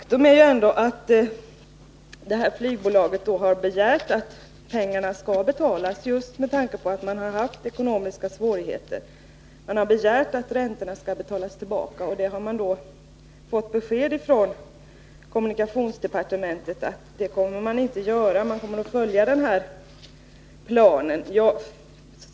Herr talman! Faktum är ju ändå att det här flygbolaget har begärt att pengarna skall betalas just med tanke på att man har haft ekonomiska svårigheter. Bolaget har begärt att räntorna skall betalas tillbaka men har fått besked från kommunikationsdepartementet att man inte kommer att göra det utan att man kommer att följa den här planen.